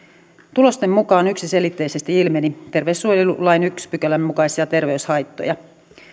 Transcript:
tulosten mukaan yksiselitteisesti ilmeni terveydensuojelulain ensimmäisen pykälän mukaisia terveyshaittoja